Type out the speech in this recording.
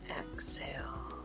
exhale